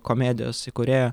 komedijos įkūrėjo